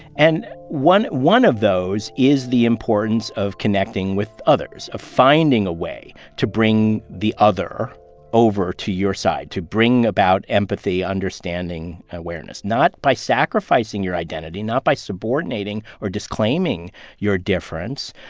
and one one of those is the importance of connecting with others, of finding a way to bring the other over to your side, to bring about empathy, understanding and awareness. not by sacrificing your identity. not by subordinating or disclaiming your difference.